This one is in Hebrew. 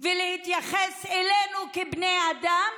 ולהתייחס אלינו כבני אדם,